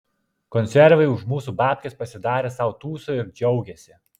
konservai už mūsų babkes pasidarė sau tūsą ir džiaugiasi